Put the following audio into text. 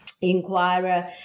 inquirer